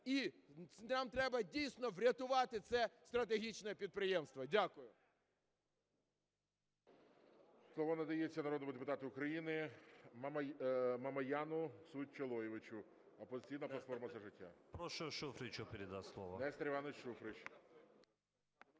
І нам треба дійсно врятувати це стратегічне підприємство. Дякую.